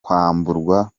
kwamburwa